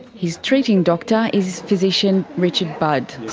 his treating doctor is physician richard budd.